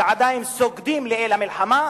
שעדיין סוגדים לאל המלחמה,